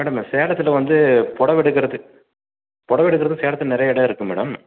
madam நான் சேலத்தில் வந்து புடவ எடுக்கிறதுக்கு புடவ எடுக்கிறதுக்கு சேலத்தில் நிறைய இடம் இருக்குது மேடம்